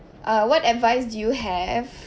uh what advice do you have